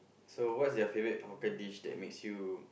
so what's your favourite hawker dish that makes you